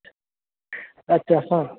अच्छा हँ